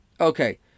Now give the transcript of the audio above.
Okay